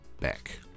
back